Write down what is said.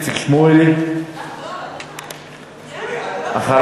חבר הכנסת איציק שמולי, אתן לך